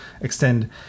extend